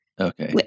Okay